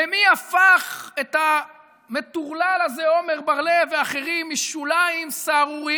ומי הפך את המטורלל הזה עמר בר לב ואת האחרים משוליים סהרוריים,